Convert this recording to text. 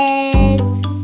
eggs